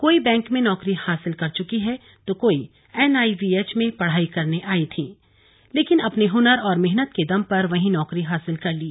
कोई बैंक में नौकरी हासिल कर चुकी हैं तो कोई एनआईवीएच में पढ़ाई करने आई थीं लेकिन अपने हुनर और मेहनत के दम पर वहीं नौकरी हासिल कर ली